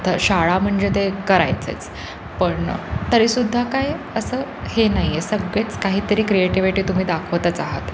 आता शाळा म्हणजे ते करायचेच पण तरी सुद्धा काय असं हे नाही आहे सगळेच काही तरी क्रिएटिव्हिटी तुम्ही दाखवतच आहात